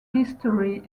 history